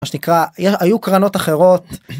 מה שנקרא, היו קרנות אחרות